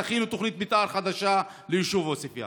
תכינו תוכנית מתאר חדשה ליישוב עוספיא.